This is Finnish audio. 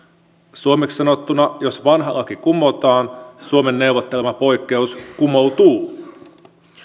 suomeksi sanottuna jos vanha laki kumotaan suomen neuvottelema poikkeus kumoutuu